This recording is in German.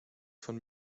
von